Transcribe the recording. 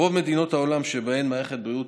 ברוב מדינות העולם שבהן מערכת בריאות,